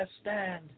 stand